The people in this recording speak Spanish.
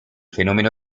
fenómeno